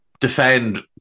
defend